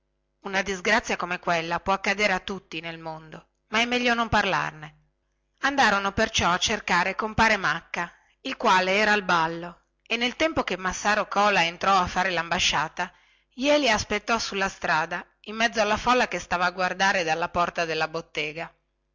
una disgrazia come quella può accadere a tutti nel mondo ma è meglio non dir nulla andarono perciò a cercare compare macca il quale era al ballo e nel tempo che massaro cola entrò a fare lambasciata jeli aspettò sulla strada in mezzo alla folla che stava a guardare dalla porta della bottega